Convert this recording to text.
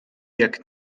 jak